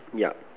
yup